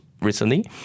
recently